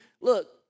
look